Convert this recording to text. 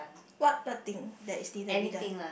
what the thing that is need to be done